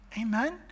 amen